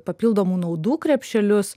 papildomų naudų krepšelius